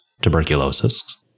tuberculosis